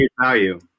value